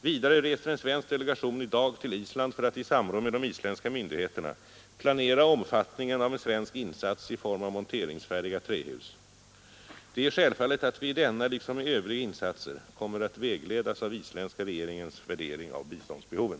Vidare reser en svensk delegation i dag till Island för att i samråd med de isländska myndigheterna planera omfattningen av en svensk insats i form av monteringsfärdiga trähus. Det är självfallet att vi i denna liksom i övriga insatser kommer att vägledas av isländska regeringens värdering av biståndsbehoven.